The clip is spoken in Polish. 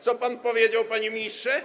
Co pan powiedział, panie ministrze?